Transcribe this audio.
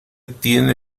tiene